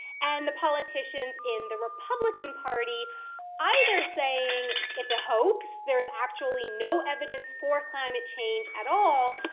and the politicians in the republican party either saying it's a hoax, there's actually no evidence for climate change at all,